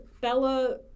Bella